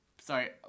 Sorry